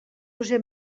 use